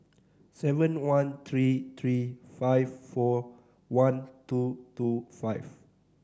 seven one three three five four one two two five